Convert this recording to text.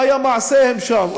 מה היו מעשיהם שם,